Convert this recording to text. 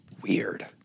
Weird